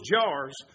jars